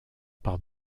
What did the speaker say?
par